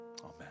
Amen